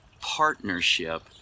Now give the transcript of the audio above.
partnership